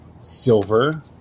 Silver